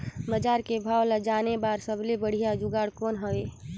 बजार के भाव ला जाने बार सबले बढ़िया जुगाड़ कौन हवय?